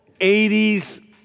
80s